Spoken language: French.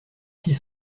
six